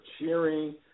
cheering